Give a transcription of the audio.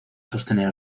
sostener